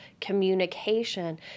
communication